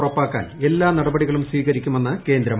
ഉറപ്പാക്കാൻ എല്ലാ ്നടപടികളും സ്വീകരിക്കുമെന്ന് കേന്ദ്രം